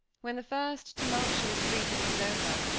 when the first tumultuous greeting was over,